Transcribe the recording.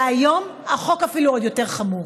והיום החוק אפילו עוד יותר חמור,